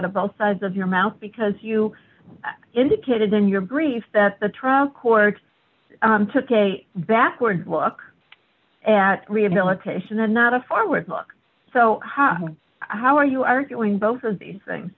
of both sides of your mouth because you indicated in your brief that the trial court took a backward look at rehabilitation and not a forward look so how are you arguing both of these things